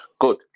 good